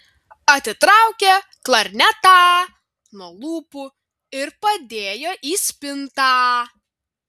atitraukė klarnetą nuo lūpų ir padėjo į spintą